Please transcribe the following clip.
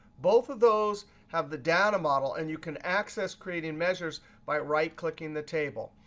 both of those have the data model, and you can access creating measures by right clicking the table.